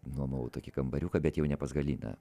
nuomovau tokį kambariuką bet jau ne pas galiną